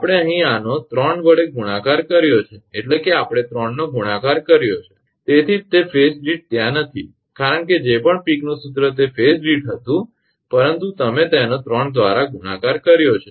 આપણે અહીં આનો 3 વડે ગુણાકાર કર્યો છે એટલે આપણે 3 નો ગુણાકાર કર્યો છે તેથી જ તે ફેઝ દીઠ ત્યાં નથી કારણ કે જે પણ પીકનું સૂત્ર તે ફેઝ દીઠ હતું પરંતુ તમે તેનો 3 દ્વારા ગુણાકાર કર્યો છે